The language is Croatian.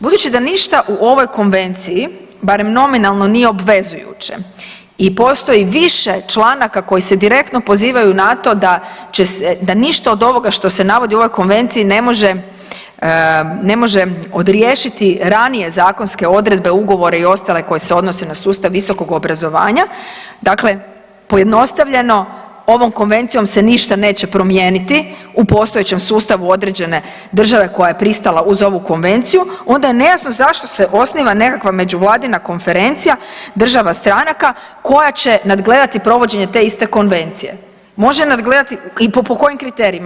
Budući da ništa u ovoj konvenciji, barem nominalno, nije obvezujuće i postoji više članaka koji se direktno pozivaju na to da ništa od ovoga što se navodi u ovoj konvenciji ne može, ne može odriješiti ranije zakonske odredbe, ugovore i ostale koje se odnose na sustav visokog obrazovanja, dakle pojednostavljeno ovom konvencijom se ništa neće promijeniti u postojećem sustavu određene države koja je pristala uz ovu konvenciju onda je nejasno zašto se osniva nekakva međuvladina konferencija država stranaka koja će nadgledati provođenje te iste konvencije i po kojim kriterijima.